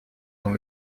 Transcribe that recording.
dans